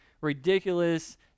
ridiculous